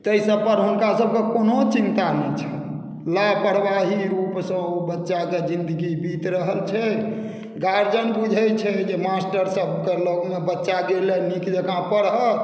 ताहि सभ पर हुनका सभकेँ कोनो चिन्ता नहि छनि लापरवाही रूपसँ ओ बच्चाके जिन्दगी बीत रहल छै गार्जियन बुझैत छै जे मास्टर सभकेँ लगमे बच्चा गेल हइ नीक जकाँ पढ़त